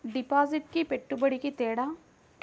డిపాజిట్కి పెట్టుబడికి తేడా?